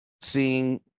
seeing